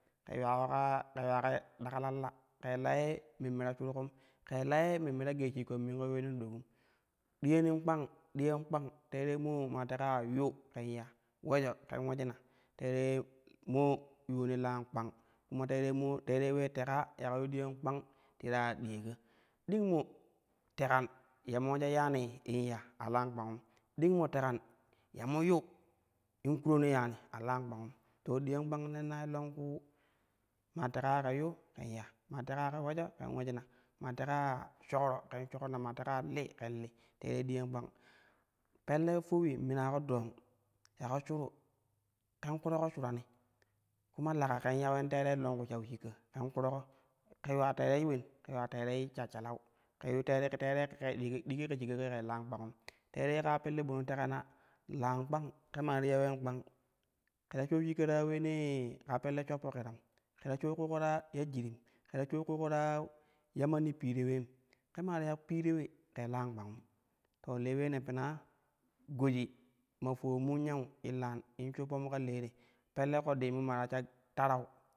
Ke yuwa ko kaa ke yuula kon daklan la, ke laye memme ta shukom, ke la ye memme ta gee shikkon minko uleenan dokkum diya nin kpang dian kpang teerei moo maa teka ya yu ke ken ya ulejo ke ulejina teerei moo yuulan lau kpang kuma teerei moo teerei wee teka ya ke yu dinyan kpang ti ta diyaka ɗing mo tekan ya mo ulejo yanii in ya a lan kpangum ding mo tekan ya mo yu in kuroni yani a lan kpangum to diyan kpang nennoi longku ma teka ya ke yu ken ya maa teka ya ke ulejo ken ulejina, maa teka ya shokro ken shokinna, maa teka ya li ken li teerei diyan kpang pelle fowi mina ko dong ya ke shuru ken kuroko shurani kuma leka ken ya uleen teeroi longku shau shikka ken kurko, ke yuula teerei ulen lee yuwa teerei shashshalau ke yu teere – le teere ki-digi digi ke shiga ka ke lan kpangum teerei kaa pelle ɓo ne teka na lan kpang ke maa ti ua uleen kpang, ke ta shou shikka ta uleene kaapelle shoppo kirami, ke ta shou kuuko ta ua jirim, ke ta shou kuuko ta ya manni piire uleyim, ke maa ti ya piire ule ke lan kpangum to le ulee ne pena goji ma foluonmu yau illan in shuppomu ka le te pella kodoli mun ma ta sha tarnu